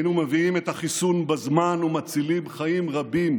היינו מביאים את החיסון בזמן ומצילים חיים רבים